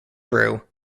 grew